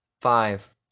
five